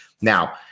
Now